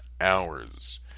hours